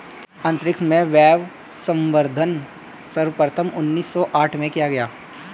अंतरिक्ष में वायवसंवर्धन सर्वप्रथम उन्नीस सौ साठ में किया गया